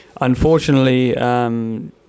Unfortunately